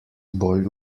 bolj